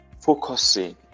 focusing